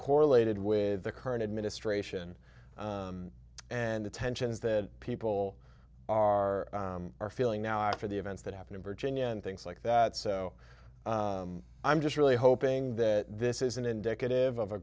correlated with the current administration and the tensions that people are feeling now after the events that happened in virginia and things like that so i'm just really hoping that this isn't indicative of a